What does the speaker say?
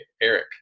Eric